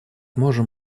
можем